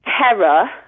terror